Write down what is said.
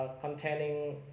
containing